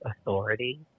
authority